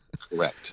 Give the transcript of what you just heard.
correct